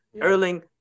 Erling